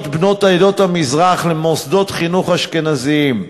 עדות המזרח למוסדות חינוך אשכנזיים.